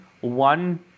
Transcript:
one